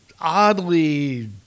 oddly